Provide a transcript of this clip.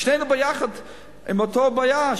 שנינו יחד באותה בעיה,